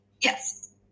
Yes